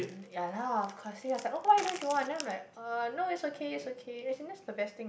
ya lah of course then he was oh why don't you want then I'm like uh no it's okay it's okay as in that's the best thing